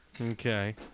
Okay